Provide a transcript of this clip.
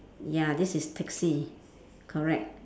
ya this is taxi correct